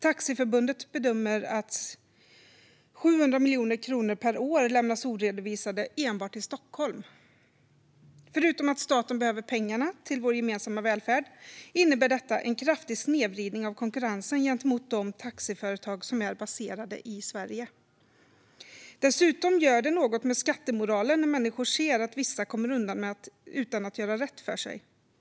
Taxiförbundet bedömer att 700 miljoner kronor per år lämnas oredovisade enbart i Stockholm. Förutom att staten behöver pengarna till vår gemensamma välfärd innebär detta en kraftig snedvridning av konkurrensen gentemot de taxiföretag som är baserade i Sverige. Dessutom gör det något med skattemoralen när människor ser att vissa kommer undan utan att göra rätt för sig.